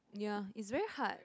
ya it's very hard